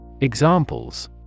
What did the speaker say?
Examples